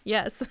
Yes